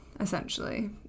essentially